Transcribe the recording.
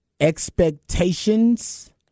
expectations